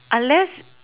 unless